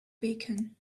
bacon